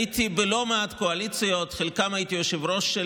הייתי בלא מעט קואליציות, בחלקן הייתי יושב-ראש.